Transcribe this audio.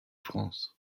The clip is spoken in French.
france